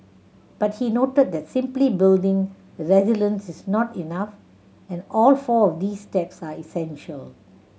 but he noted that simply building resilience is not enough and all four of these steps are essential